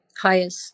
highest